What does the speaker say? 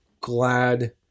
glad